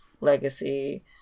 legacy